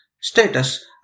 status